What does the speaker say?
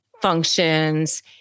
functions